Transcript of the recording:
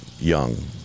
young